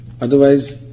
Otherwise